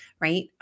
right